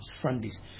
sundays